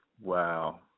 Wow